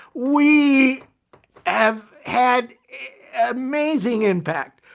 we have had amazing impact.